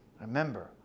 Remember